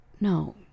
no